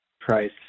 price